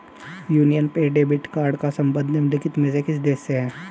Union पे debit card का संबंध निम्नलिखित में से किस देश से है?